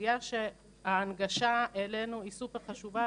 סוגיה שההנגשה אלינו היא סופר חשובה,